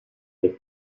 the